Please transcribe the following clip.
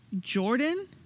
Jordan